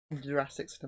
Jurassic